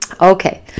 Okay